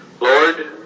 Lord